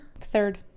Third